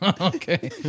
okay